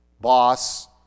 boss